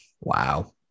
wow